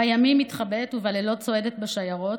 בימים מתחבאת ובלילות צועדת בשיירות,